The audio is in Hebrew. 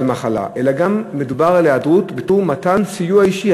מחלה אלא גם מדובר על היעדרות בתור מתן סיוע אישי,